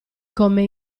come